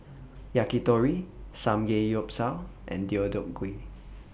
Yakitori Samgeyopsal and Deodeok Gui